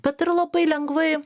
bet ir labai lengvai